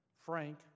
Frank